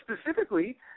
specifically